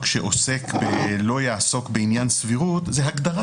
שעוסק ב-לא יעסוק בעניין סבירות זה הגדרה